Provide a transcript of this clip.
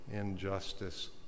injustice